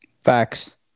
Facts